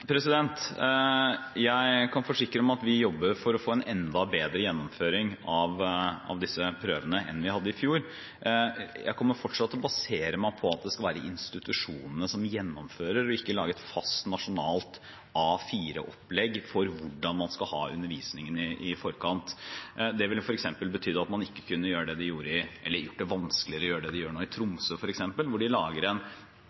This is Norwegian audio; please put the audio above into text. Jeg kan forsikre om at vi jobber for å få en enda bedre gjennomføring av disse prøvene enn vi hadde i fjor. Jeg kommer fortsatt til å basere meg på at det skal være institusjonene som gjennomfører, og ikke lage et fast nasjonalt A4-opplegg for hvordan man skal ha undervisningen i forkant. Det ville f.eks. gjort det vanskeligere å gjøre det de